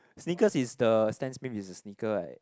sneakers is the Stan Smith is a sneaker right